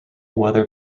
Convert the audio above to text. weather